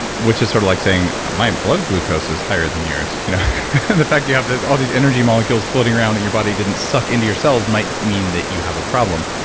which, is sort of like saying my blood glucose is higher than yours you know and the fact you have all these energy molecules floating around that your body didn't suck into your cells might mean that you have a problem.